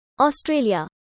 Australia